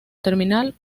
terminal